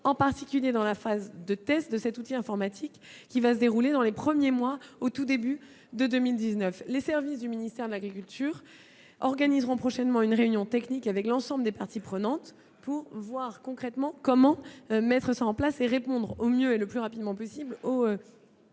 en particulier lors de la phase de test de cet outil informatique, qui va se dérouler dans les premiers mois de l'année 2019. Les services du ministère de l'agriculture organiseront prochainement une réunion technique avec l'ensemble des parties prenantes pour voir concrètement comment mettre en place le dispositif et répondre au mieux et le plus rapidement possible aux inquiétudes